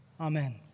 Amen